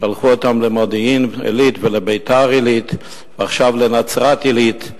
שלחו אותם למודיעין-עילית ולביתר-עילית ועכשיו לנצרת-עילית.